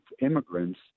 immigrants